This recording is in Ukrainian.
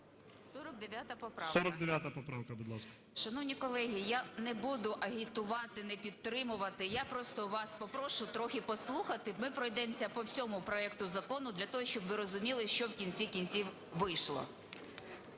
49 поправка, будь ласка.